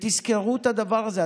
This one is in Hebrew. תזכרו את הדבר הזה,